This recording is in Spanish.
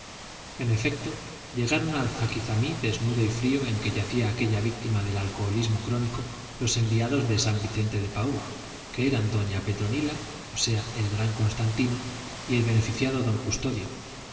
en efecto llegaron al zaquizamí desnudo y frío en que yacía aquella víctima del alcoholismo crónico los enviados de san vicente de paúl que eran doña petronila o sea el gran constantino y el beneficiado don custodio